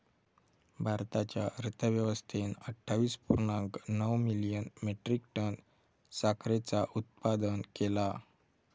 भारताच्या अर्थव्यवस्थेन अट्ठावीस पुर्णांक नऊ मिलियन मेट्रीक टन साखरेचा उत्पादन केला